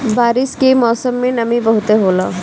बारिश के मौसम में नमी बहुते होला